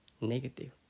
negative